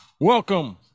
Welcome